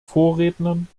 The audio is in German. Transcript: vorrednern